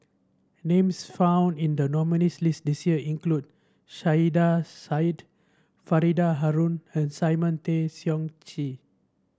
names found in the nominees' list this year include Saiedah Said Faridah Hanum and Simon Tay Seong Chee